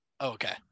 Okay